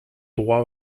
droit